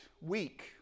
week